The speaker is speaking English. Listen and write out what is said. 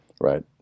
Right